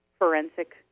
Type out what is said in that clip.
forensic